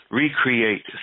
recreate